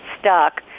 stuck